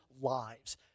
lives